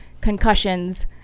concussions